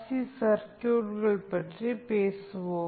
C சர்க்யூட்கள் பற்றி பேசுவோம்